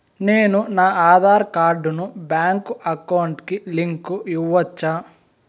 నేను నా ఆధార్ కార్డును బ్యాంకు అకౌంట్ కి లింకు ఇవ్వొచ్చా?